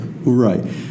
Right